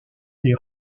des